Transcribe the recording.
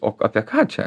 o apie ką čia